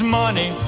money